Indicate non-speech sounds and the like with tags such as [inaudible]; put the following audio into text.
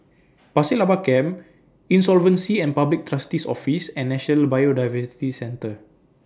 [noise] Pasir Laba Camp Insolvency and Public Trustee's Office and National Biodiversity Centre